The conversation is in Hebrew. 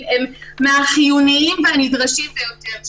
הם מהחיוניים והנדרשים ביותר שיש.